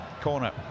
corner